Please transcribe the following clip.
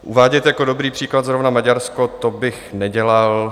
Uvádět jako dobrý příklad zrovna Maďarsko, to bych nedělal.